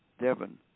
Devin